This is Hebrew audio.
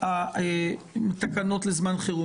ככה מפרסמים הארכת חוק.